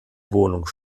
wohnung